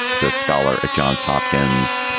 so scholar at johns hopkins,